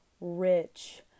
Rich